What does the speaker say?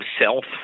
self